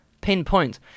pinpoint